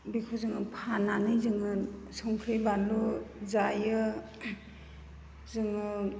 बेखौ जोङो फाननानै जोङो संख्रि बानलु जायो जोङो